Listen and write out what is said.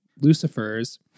Lucifers